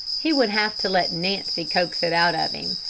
he would have to let nancy coax it out of him.